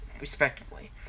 respectively